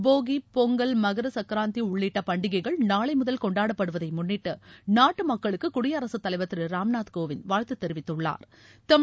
போகி பொங்கல் மகர சக்கராந்தி உள்ளிட்ட பண்டிகைகள் நாளை முதல் கொண்டாடப்படுவதை முன்னிட்டு நாட்டு மக்களுக்கு குடியரசுத்தலைவா் திரு ராம்நாத் கோவிந்த் வாழ்த்துத் தெரிவித்துள்ளாா்